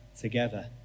together